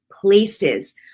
places